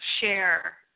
share